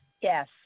Yes